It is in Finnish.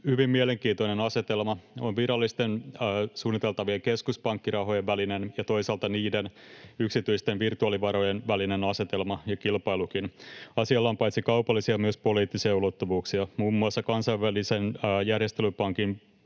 hyvin mielenkiintoinen asetelma: On virallisten suunniteltavien keskuspankkirahojen välinen ja toisaalta niiden yksityisten virtuaalivarojen välinen asetelma ja kilpailukin. Asialla on paitsi kaupallisia myös poliittisia ulottuvuuksia. Muun muassa Kansainvälisen järjestelypankin